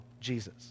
Jesus